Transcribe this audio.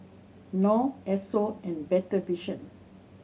Knorr Esso and Better Vision